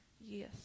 Yes